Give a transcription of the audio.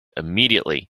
immediately